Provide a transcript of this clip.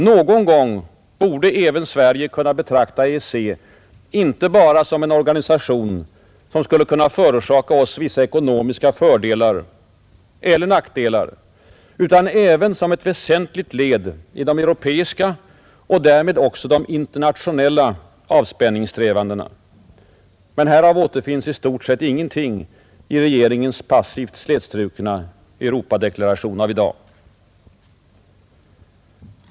Någon gång borde även Sverige kunna betrakta EEC icke blott som en organisation som skulle kunna förorsaka oss vissa ekonomiska fördelar eller nackdelar utan även som ett väsentligt led i de europeiska och därmed också de internationella avspänningssträvandena. Men härav återfinns i stort sett intet i regeringens passivt slätstrukna Europadeklaration.